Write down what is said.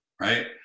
right